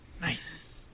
Nice